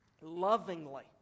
lovingly